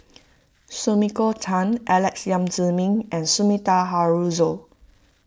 Sumiko Tan Alex Yam Ziming and Sumida Haruzo